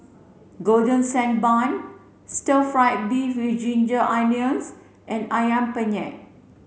golden sand bun stir fry beef with ginger onions and Ayam Penyet